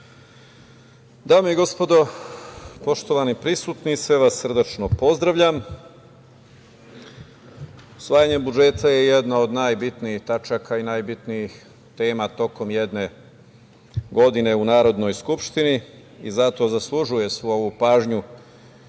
Dame i gospodo, poštovani prisutni, sve vas srdačno pozdravljam. Usvajanje budžeta je jedna od najbitnijih tačaka i najbitnijih tema tokom jedne godine u Narodnoj skupštini i zato zaslužuje svu ovu pažnju